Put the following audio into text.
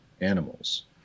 animals